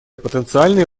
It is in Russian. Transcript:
потенциальные